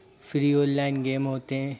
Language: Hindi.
फ़िरी ऑनलाइन गेम होते हैं